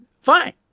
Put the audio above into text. fine